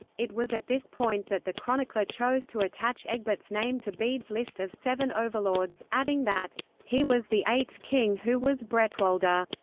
it was at this point that the chronicler chose to attach egbert's name to bede's list of seven overlords, adding that he was the eighth king who was bretwalda.